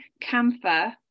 camphor